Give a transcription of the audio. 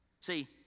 see